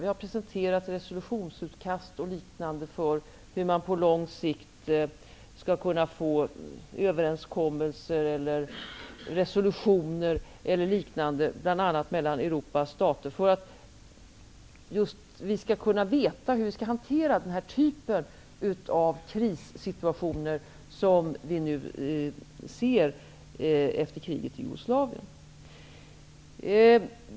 Vi har presenterat resolutionsutkast och liknande för hur man på lång sikt skall kunna få till stånd överenskommelser, resolutioner eller liknande, bl.a. mellan Europas stater för att vi just skall kunna veta hur vi skall hantera den här typen av krissituationer som vi nu upplever efter kriget i Jugoslavien.